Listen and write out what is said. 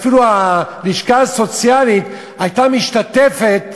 ואפילו הלשכה הסוציאלית הייתה משתתפת